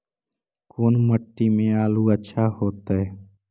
कोन मट्टी में आलु अच्छा होतै?